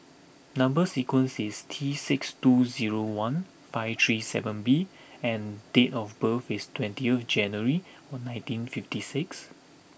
number sequence is T six two zero one five three seven B and date of birth is twentieth January one nineteen fifty six